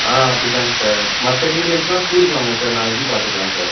ஆ அப்படிதாங்க சார் மற்ற டீட்டெயில்ஸ்லாம் ஸ்கூலுக்கு வாங்க சார் நாளைக்கு பார்த்துக்கலாம் சார்